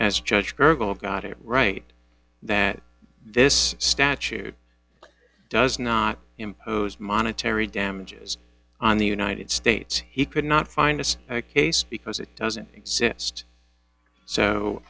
as judge gurgled got it right that this statute does not impose monetary damages on the united states he could not find us a case because it doesn't exist so